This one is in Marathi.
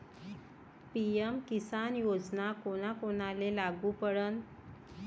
पी.एम किसान योजना कोना कोनाले लागू पडन?